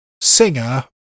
singer